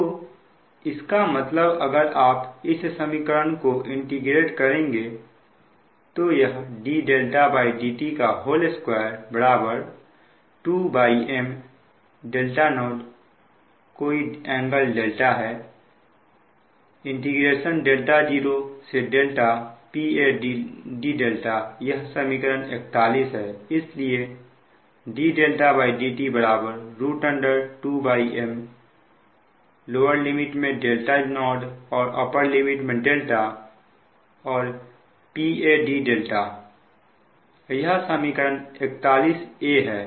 तो इसका मतलब अगर आप इस समीकरण को इंटीग्रेट करेंगे तो यह dδdt2 2M 0कोई एंगल है 0Pa dδयह समीकरण 41 है इसलिए dδdt 2M 0Pa dδ यह समीकरण 41 है